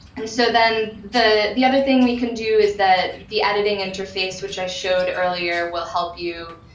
and so then the the other thing we can do is that the editing interface which i showed earlier will help you.